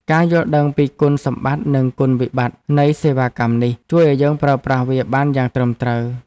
ការយល់ដឹងពីគុណសម្បត្តិនិងគុណវិបត្តិនៃសេវាកម្មនេះ ជួយឱ្យយើងប្រើប្រាស់វាបានយ៉ាងត្រឹមត្រូវ។